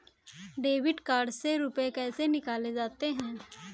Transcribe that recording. Debit card से रुपये कैसे निकाले जाते हैं?